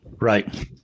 Right